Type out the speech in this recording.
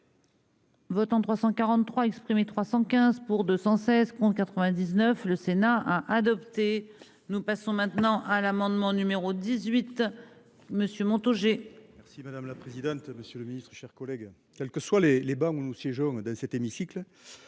Votants 343 exprimés, 315 pour 216 francs 99 le. Sénat. Adopter. Nous passons maintenant à l'amendement numéro 18. Monsieur Montaugé. Si madame la présidente. Monsieur le Ministre, chers collègues, quels que soient les les bords où nous siégeons dans cet hémicycle.